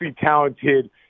talented